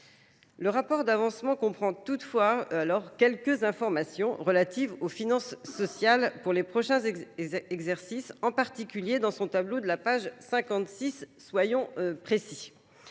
Le rapport d'avancement comprend toutefois quelques informations relatives aux finances sociales pour les prochains exercices, en particulier dans son tableau de la page 56, soyons précis.